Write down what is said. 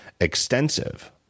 extensive